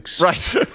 Right